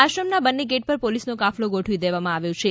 આશ્રમના બંને ગેટ પર પોલીસનો કાફલો ગોઠવી દેવામાં આવ્યો છે